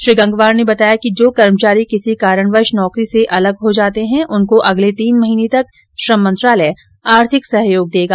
श्री गंगवार ने बताया कि जो कर्मचारी किसी कारणवश नौकरी से अलग हो जाते हैं उनको अगले तीन महीने तक श्रम मंत्रालय आर्थिक सहयोग देगा